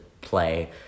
play